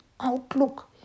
outlook